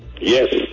yes